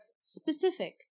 specific